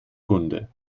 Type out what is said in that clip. kunde